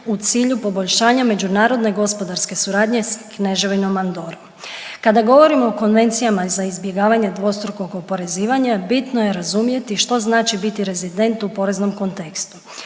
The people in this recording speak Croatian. u cilju poboljšanja međunarodne gospodarske suradnje s Kneževinom Andorom. Kada govorimo o Konvencijama za izbjegavanje dvostrukog oporezivanja bitno je razumjeti što znači biti rezident u poreznom kontekstu.